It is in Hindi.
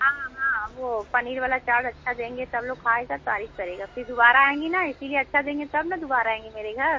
हाँ हाँ वो पनीर वाला चाट अच्छा देंगे सब लोग खाएगा तारीफ करेगा फिर दुबारा आएँगी ना इसीलिए अच्छा देंगे तब ना दुबारा आएँगी मेरे घर